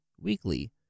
weekly